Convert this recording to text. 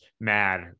mad